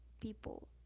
people